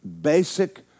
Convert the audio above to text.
basic